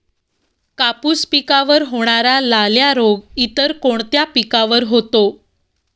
कापूस पिकावर होणारा लाल्या रोग इतर कोणत्या पिकावर होतो?